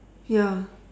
ya